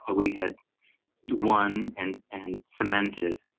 ah we had won and and cemented.